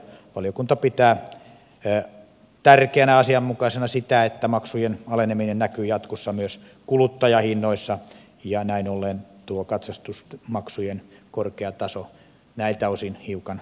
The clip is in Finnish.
valiokunta pitää tärkeänä ja asianmukaisena sitä että maksujen aleneminen näkyy jatkossa myös kuluttajahinnoissa ja näin ollen tuo katsastusmaksujen korkea taso näiltä osin hiukan voisi laskea